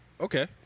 Okay